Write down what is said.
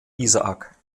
isaak